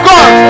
God